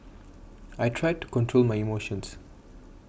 I tried to control my emotions